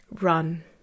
run